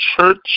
church